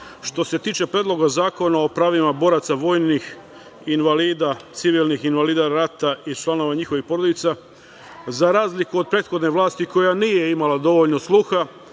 što se tiče Predloga zakona o pravima boraca vojnih invalida, civilnih invalida rata i članova njihovih porodica, za razliku od prethodne vlasti, koja nije imala dovoljno sluha,